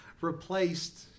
replaced